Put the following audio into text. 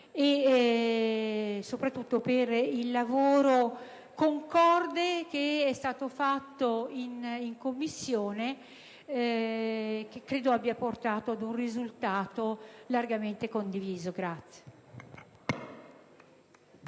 soprattutto per il lavoro concorde svolto in Commissione che credo abbia portato ad un risultato largamente condiviso.